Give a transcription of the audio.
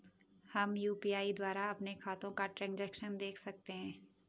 हम यु.पी.आई द्वारा अपने खातों का ट्रैन्ज़ैक्शन देख सकते हैं?